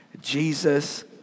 Jesus